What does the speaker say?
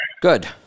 Good